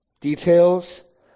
details